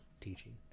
teaching